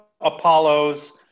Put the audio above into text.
Apollos